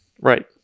right